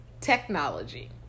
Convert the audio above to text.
technology